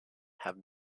have